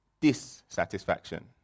Dissatisfaction